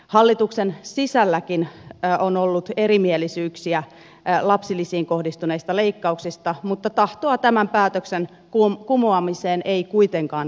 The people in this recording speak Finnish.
hallituksen sisälläkin on ollut erimielisyyksiä lapsilisiin kohdistuneista leikkauksista mutta tahtoa tämän päätöksen kumoamiseen ei kuitenkaan löytynyt